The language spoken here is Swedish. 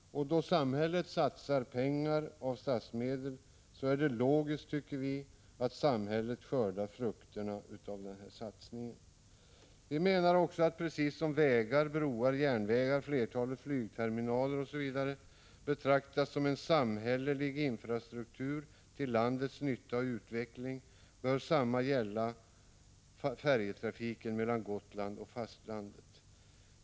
Då samhället satsar pengar av statsmedel är det logiskt att samhället skördar frukterna av satsningen. Precis som vägar, broar, järnvägar, flertalet flygterminaler osv. betraktas som en samhällelig infrastruktur till landets nytta och utveckling bör samma sak gälla färjetrafiken mellan Gotland och fastlandet.